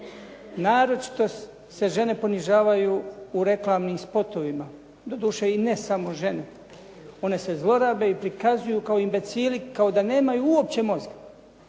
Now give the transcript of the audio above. Naročito se žene ponižavaju u reklamnim spotovima. Doduše, i ne samo žene. One se zlorabe i prikazuju kao imbecili, kao da nemaju uopće mozga.